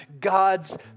God's